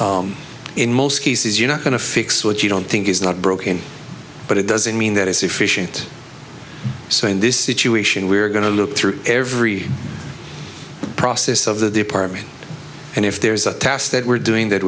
because in most cases you're not going to fix what you don't think is not broken but it doesn't mean that is sufficient so in this situation we're going to look through every process of the department and if there is a task that we're doing that